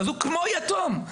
אז הוא כמו יתום,